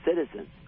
citizens